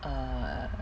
err